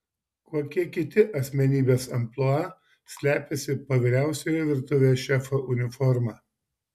kokie kiti asmenybės amplua slepiasi po vyriausiojo virtuvės šefo uniforma